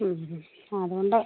ഹ്മ് മ്മ് അതുകൊണ്ട്